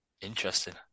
Interesting